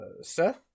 Seth